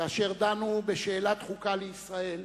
כאשר דנו בחוקה לישראל,